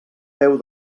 peu